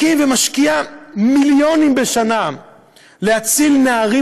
הקים ומשקיע מיליונים בשנה להציל נערים